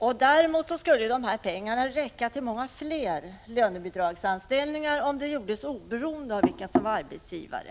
Pengarna skulle räcka till många fler lönebidragsanställningar om det inte gjordes någon skillnad beträffande dem som är arbetsgivare.